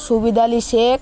Subid Ali Sheikh